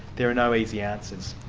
there are no easy answers.